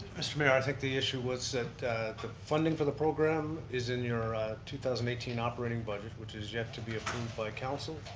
mr. mayor, i think the issue was that the funding for the program is in your two thousand and eighteen operating budget, which is yet to be approved by council.